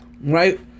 Right